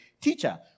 Teacher